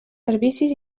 servicis